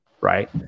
Right